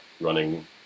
running